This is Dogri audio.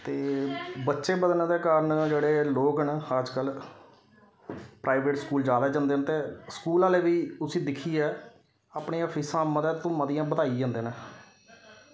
ते बच्चे बदलने दे कारण न जेह्ड़े लोक न अजकल्ल प्राईवेट स्कूल जैदा जंदे न ते स्कूल आह्ले बी उस्सी दिक्खियै अपनियां फीसां मते तो मतियां बधाई जंदे न